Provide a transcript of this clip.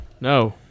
No